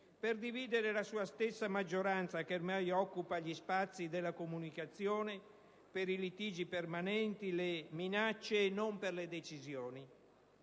per dividere la sua stessa maggioranza, che ormai occupa gli spazi della comunicazione per i litigi permanenti, le minacce, e non per le decisioni.